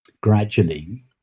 gradually